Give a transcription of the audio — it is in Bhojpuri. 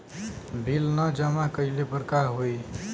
बिल न जमा कइले पर का होई?